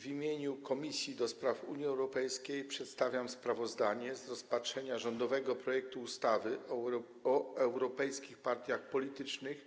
W imieniu Komisji do Spraw Unii Europejskiej przedstawiam sprawozdanie z rozpatrzenia rządowego projektu ustawy o europejskiej partii politycznej